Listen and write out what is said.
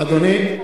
אדוני השר.